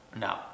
no